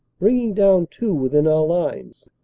bringing down two within our lines,